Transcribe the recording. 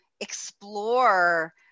explore